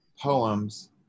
poems